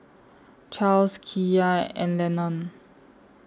Charles Kiya and Lennon